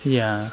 ya